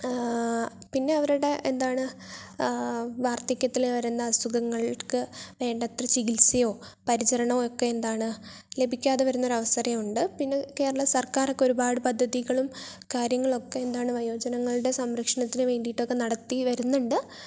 പിന്നെ അവരുടെ എന്താണ് വാർദ്ധക്യത്തില് വരുന്ന അസുഖങ്ങൾക്ക് വേണ്ടത്ര ചികിത്സയോ പരിചരണോ ഒക്കെ എന്താണ് ലഭിക്കാതെ വരുന്ന ഒരു അവസരം ഉണ്ട് ഇന്ന് കേരളസർക്കാരൊക്കെ ഒരു പാട് പദ്ധതികളും കാര്യങ്ങളുമൊക്കെ എന്താണ് വയോജനങ്ങളുടെ സംരക്ഷണത്തിന് വേണ്ടിയിട്ടൊക്കെ നടത്തി വരുന്നുണ്ട്